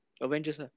Avengers